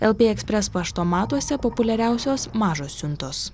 lp ekspres paštomatuose populiariausios mažos siuntos